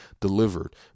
delivered